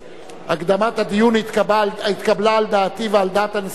הקדמת הדיון התקבלה על דעתי ועל דעת הנשיאות,